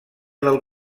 del